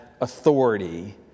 authority